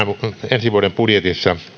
ensi vuoden budjetissa